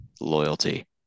loyalty